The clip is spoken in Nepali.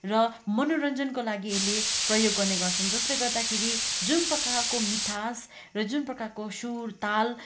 र मनोरञ्जनको लागि यसले प्रयोग गर्ने गर्छन् जसले गर्दाखेरि जुन प्रकारको मिठास र जुन प्रकारको सुर ताल